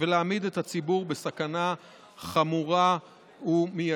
ולהעמיד את הציבור בסכנה חמורה ומיידית.